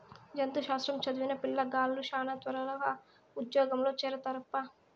జంతు శాస్త్రం చదివిన పిల్లగాలులు శానా త్వరగా ఉజ్జోగంలో చేరతారప్పా